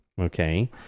Okay